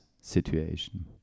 situation